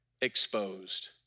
exposed